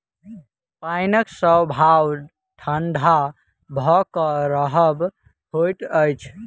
पाइनक स्वभाव ठंढा भ क रहब होइत अछि